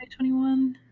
2021